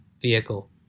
vehicle